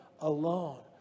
alone